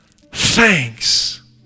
thanks